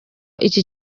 iki